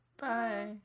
Bye